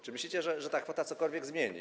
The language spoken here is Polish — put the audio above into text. Czy myślicie, że ta kwota cokolwiek zmieni?